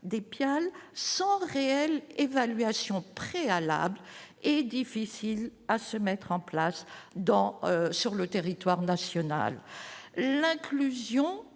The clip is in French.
des pial sans réelles évaluations préalables et difficile à se mettre en place dans sur le territoire national, l'inclusion,